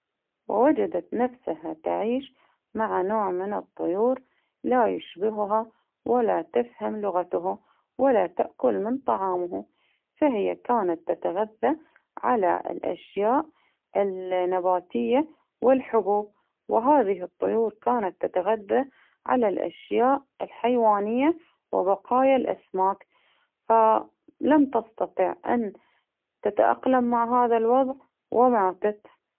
ووجدت نفسها تعيش مع نوع من الطيور لا يشبهها ولا تفهم لغته ،ولا تأكل من طعامه، فهي كانت تتغذى على الأشياء النباتية ،والحبوب، وهذه الطيور كانت تتغذى على الأشياء الحيوانية وبقايا الأسماك، فلم تستطع أن تتأقلم مع هذا الوضع وماتت.